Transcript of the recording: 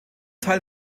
teil